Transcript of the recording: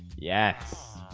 yes,